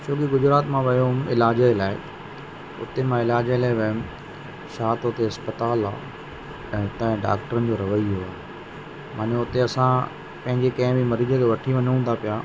छोकि गुजरात मां वियो हुयुमि इलाज लाइ उते मां इलाज लाइ वियुमि छा त उते इस्पतालि आहे ऐं उतां जे डॉक्टरनि जो रवैयो आहे मानो उते असां पंहिंजे कंहिं बि मरीज खे वठी वञूं था पिया